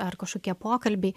ar kažkokie pokalbiai